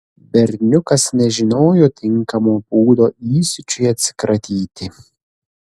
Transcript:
berniukas nežinojo tinkamo būdo įsiūčiui atsikratyti